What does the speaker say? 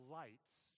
lights